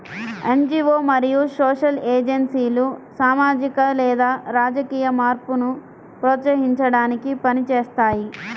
NGO మరియు social ఏజెన్సీలు సామాజిక లేదా రాజకీయ మార్పును ప్రోత్సహించడానికి పని చేస్తాయి